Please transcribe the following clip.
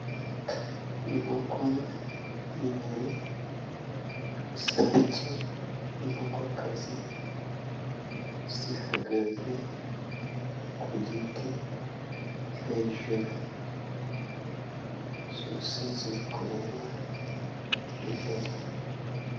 Inkoko ibyiri isake n'inkokokazi zihagaze ku giti hejuru zose ziriku imbere.